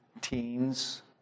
Teens